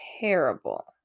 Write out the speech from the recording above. terrible